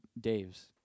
Daves